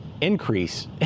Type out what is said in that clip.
increase